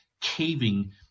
caving